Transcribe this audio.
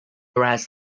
whereas